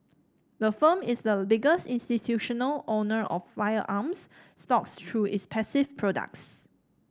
the firm is the biggest institutional owner of firearms stocks through its passive products